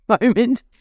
moment